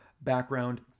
background